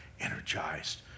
energized